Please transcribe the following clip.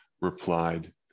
replied